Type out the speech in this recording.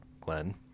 glenn